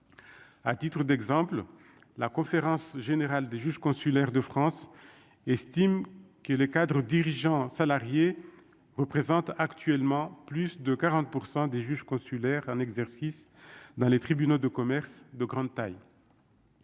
à titre d'exemple, la conférence générale des juges consulaires de France estime que les cadres dirigeants salariés représentent actuellement plus de 40 pour 100 des juges consulaires, un exercice dans les tribunaux de commerce, de grande taille.